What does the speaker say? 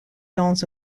dans